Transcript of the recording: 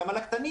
גם על הקטנים,